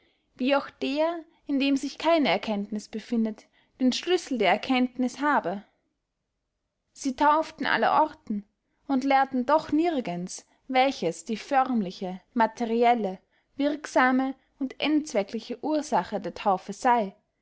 wie auch der indem sich keine erkenntniß befindet den schlüssel der erkenntniß habe sie tauften allerorten und lehrten doch nirgends welches die förmliche materielle wirksame und endzweckliche ursache der taufe sey